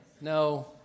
No